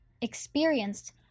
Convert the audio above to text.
experienced